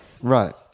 Right